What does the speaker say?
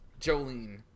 Jolene